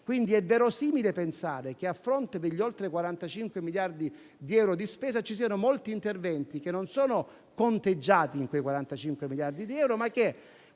quindi verosimile pensare che, a fronte degli oltre 45 miliardi di euro di spesa, ci siano molti interventi che non sono conteggiati in tale cifra. Quanto